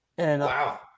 Wow